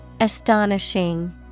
astonishing